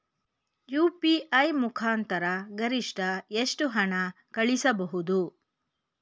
UPI ಮುಖಾಂತರ ಗರಿಷ್ಠ ಎಷ್ಟು ಹಣ ಕಳಿಸಬಹುದು?